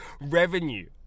revenue